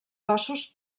cossos